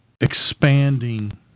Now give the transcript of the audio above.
expanding